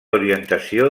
orientació